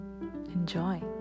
Enjoy